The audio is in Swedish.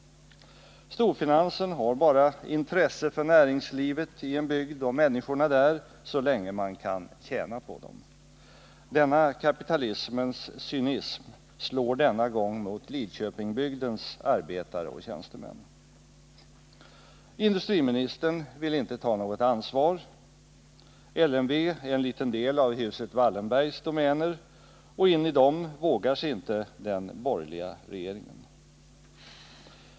Storfinansen har bara intresse för näringslivet i en bygd och människorna där så länge man kan tjäna på dem. 137 Denna kapitalismens cynism slår den här gången mot Lidköpingsbygdens arbetare och tjänstemän. Industriministern vill inte ta något ansvar. LMV är en liten del av huset Wallenbergs domäner, och in i dem vågar sig inte den borgerliga regeringen.